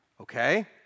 okay